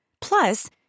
Plus